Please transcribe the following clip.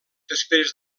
després